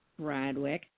Bradwick